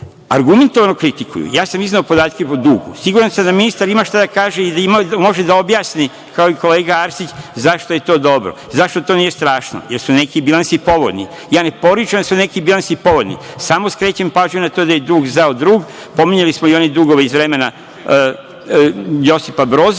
argumentovano kritikuju. Ja sam izneo podatke o dugu. Siguran sam da ministar ima šta da kaže i da može da objasni, kao i kolega Arsić, zašto je to dobro, zašto to nije strašno, jer su neki bilansi povoljni. Ne poričem da su neki bilansi povoljni. Samo skrećem pažnju na to da je dug zao drug. Pominjali smo i one dugove iz vremena Josipa Broza,